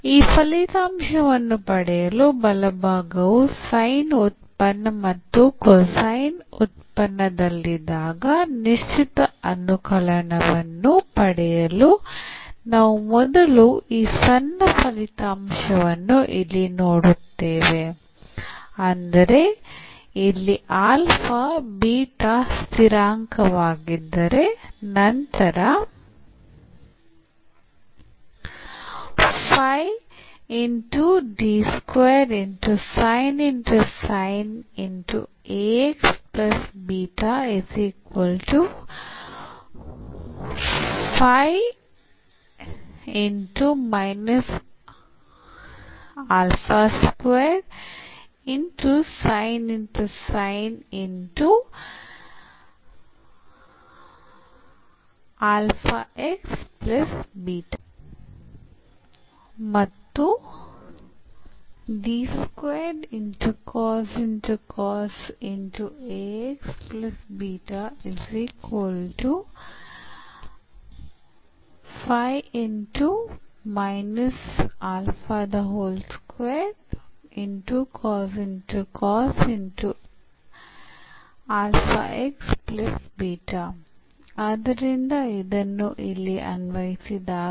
ಈ ಫಲಿತಾಂಶವನ್ನು ಪಡೆಯಲು ಬಲಭಾಗವು ಸೈನ್ ಉತ್ಪನ್ನ ಅಥವಾ ಕೊಸೈನ್ ಉತ್ಪನ್ನದಲ್ಲಿದ್ದಾಗ ನಿಶ್ಚಿತ ಅನುಕಲನವನ್ನು ಪಡೆಯಲು ನಾವು ಮೊದಲು ಈ ಸಣ್ಣ ಫಲಿತಾಂಶವನ್ನು ಇಲ್ಲಿ ನೋಡುತ್ತೇವೆ ಅಂದರೆ ಇಲ್ಲಿ ಆಲ್ಫಾ ಬೀಟಾ ಸ್ಥಿರಾಂಕವಾಗಿದ್ದರೆ ನಂತರ ಮತ್ತು ಆದ್ದರಿಂದ ಇದನ್ನು ಇಲ್ಲಿ ಅನ್ವಯಿಸಿದಾಗ